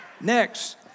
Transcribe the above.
Next